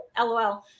LOL